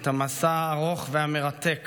את המסע הארוך והמרתק